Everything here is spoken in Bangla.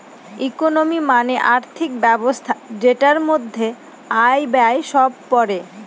ইকোনমি মানে আর্থিক ব্যবস্থা যেটার মধ্যে আয়, ব্যয় সব পড়ে